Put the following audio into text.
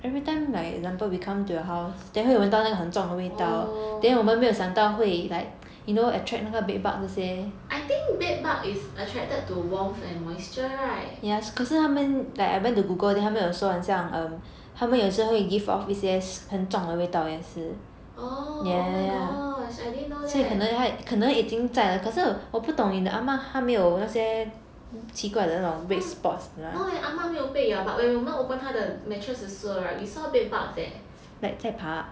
orh I think bed bug is attracted to warmth and moisture [right] orh oh my gosh I didn't know that no leh ah ma 没有被咬 but when 我们 open 他的 mattress 的时候 [right] we saw bed bugs leh